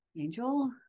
angel